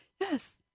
Yes